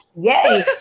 Yay